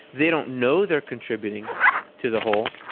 they don't know they're contributing to the whole,